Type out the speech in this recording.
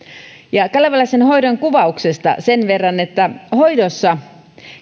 kalevalaisen hoidon kuvauksesta sen verran että hoidossa